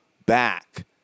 Back